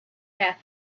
death